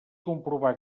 comprovar